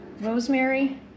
rosemary